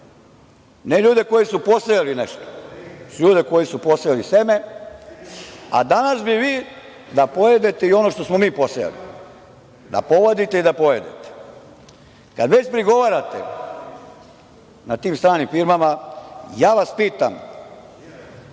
ne ljude koji su posejali nešto, već ljude koji su posejali seme, a danas bi vi da pojedete i ono što smo mi posejali, da povadite i da pojedete. Kad već prigovarate na tim stranim firmama, ja vas pitam